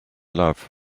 love